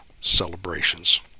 celebrations